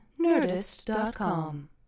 Nerdist.com